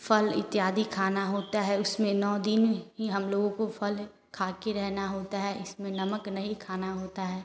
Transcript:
फल इत्यादि खाना होता है उसमें नौ दिन ही हम लोगों को फल खा के रहना होता है इसमें नमक नहीं खाना होता है